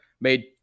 made